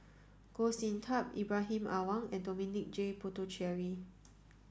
Goh Sin Tub Ibrahim Awang and Dominic J Puthucheary